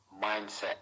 mindset